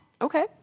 okay